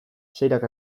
seirak